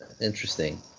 Interesting